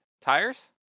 Tires